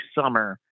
summer